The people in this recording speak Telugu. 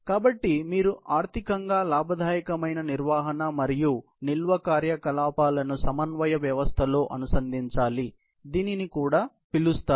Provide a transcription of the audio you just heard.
కాబట్టి మీరు ఆర్ధికంగా లాభదాయకమైన నిర్వహణ మరియు నిల్వ కార్యకలాపాలను సమన్వయ వ్యవస్థలో అనుసంధానించాలి దీనిని కూడా పిలుస్తారు